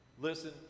Listen